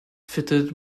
fitted